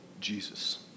Jesus